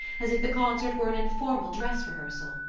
as if the concert were an informal dress rehearsal.